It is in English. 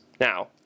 Now